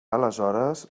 aleshores